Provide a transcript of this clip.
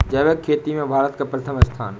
जैविक खेती में भारत का प्रथम स्थान